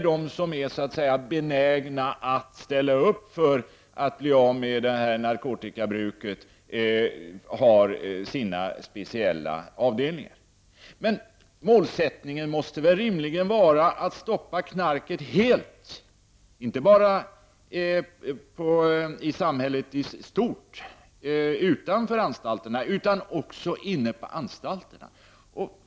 De som är benägna att ställa upp för att bli av med narkotikamissbruket har sina specialavdelningar. Målsättningen måste rimligen vara att stoppa knarket, inte bara i samhället i stort utan också inne på anstalterna.